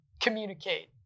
communicate